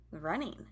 running